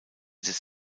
des